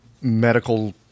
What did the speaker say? medical